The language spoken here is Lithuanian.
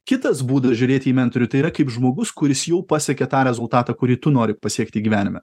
kitas būdas žiūrėti į mentorių tai yra kaip žmogus kuris jau pasiekė tą rezultatą kurį tu nori pasiekti gyvenime